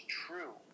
true